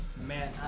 man